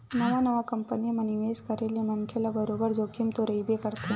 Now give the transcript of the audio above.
नवा नवा कंपनी म निवेस करे ले मनखे ल बरोबर जोखिम तो रहिबे करथे